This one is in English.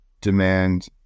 demand